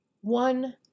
one